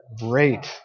Great